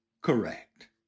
correct